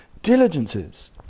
Diligences